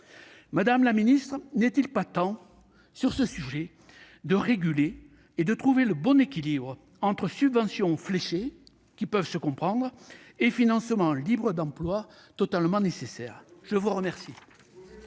Madame la ministre, sur ce sujet, n'est-il pas temps de réguler et de trouver le bon équilibre entre subventions fléchées, qui peuvent se comprendre, et financements libres d'emploi, totalement nécessaires ? La parole